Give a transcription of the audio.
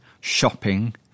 shopping